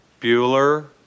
Bueller